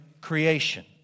creation